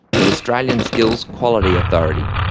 the australian skills quality authority.